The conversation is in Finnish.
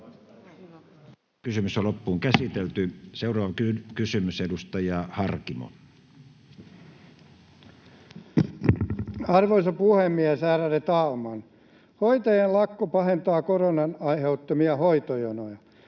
[Vasemmalta: Hyvä vastaus!] Seuraava kysymys, edustaja Harkimo. Arvoisa puhemies, ärade talman! Hoitajien lakko pahentaa koronan aiheuttamia hoitojonoja.